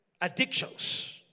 addictions